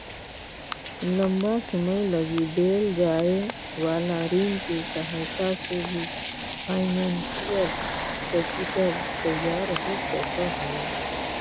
लंबा समय लगी देल जाए वाला ऋण के सहायता से भी फाइनेंशियल कैपिटल तैयार हो सकऽ हई